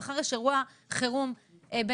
מחר יש אירוע חירום בינלאומי,